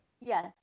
yes